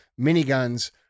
miniguns